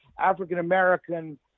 african-american